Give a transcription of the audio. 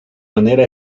manera